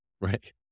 right